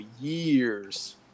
years